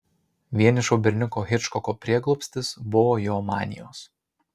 vienišo berniuko hičkoko prieglobstis buvo jo manijos